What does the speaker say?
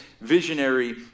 visionary